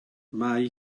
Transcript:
mae